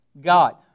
God